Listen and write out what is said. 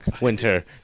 Winter